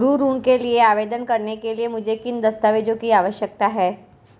गृह ऋण के लिए आवेदन करने के लिए मुझे किन दस्तावेज़ों की आवश्यकता है?